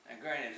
Granted